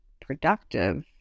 productive